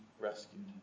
rescued